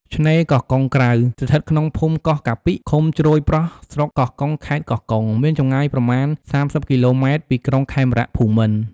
ឆ្នេរកោះកុងក្រៅ ស្ថិតក្នុងភូមិកោះកាពិ ឃុំជ្រោយប្រស់ ស្រុកកោះកុង ខេត្តកោះកុង មានចម្ងាយប្រមាណ៣០គីឡូម៉ែត្រ ពីក្រុងខេមរភូមិន្ទ។